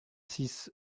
six